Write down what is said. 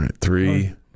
three